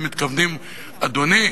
הם מתכוונים, אדוני,